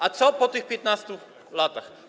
A co po tych 15 latach?